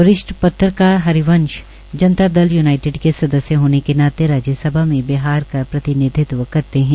वरिष्ठ पत्रकार हरिवंश जनता दल यूनाइटेड के सदस्य होने के नाते राज्यसभा में बिहार का प्रतिनिधित्व करते है